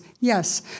yes